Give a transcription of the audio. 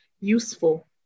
useful